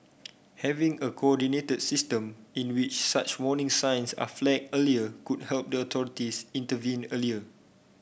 having a coordinated system in which such warning signs are flagged earlier could help the authorities intervene earlier